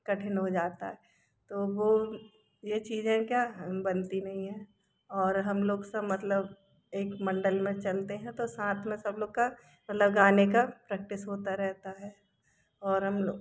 कठिन हो जाता है तो वो ये चीज़ें क्या बनती नहीं है और हम लोग सब मतलब एक मंडल में चलते हैं तो साथ में सब लोग का लगाने का प्रेक्टिस प्रेक्टिस होता रहता है और हम लोग